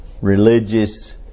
religious